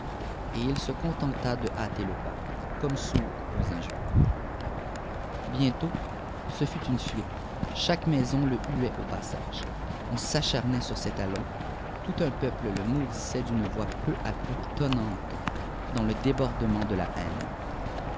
et il se contenta de hâter le pas comme sourd aux injures bientôt ce fut une fuite chaque maison le huait au passage on s'acharnait sur ses talons tout un peuple le maudissait d'une voix peu à peu tonnante dans le débordement de la haine